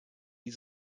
die